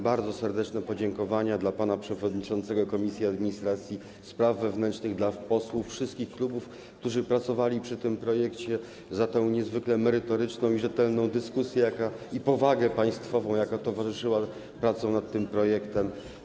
Bardzo serdeczne podziękowania dla pana przewodniczącego Komisji Administracji i Spraw Wewnętrznych, dla posłów wszystkich klubów, którzy pracowali przy tym projekcie, za tę niezwykle merytoryczną, rzetelną dyskusję i powagę państwową, jaka towarzyszyła pracom nad tym projektem.